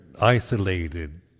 isolated